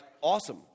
awesome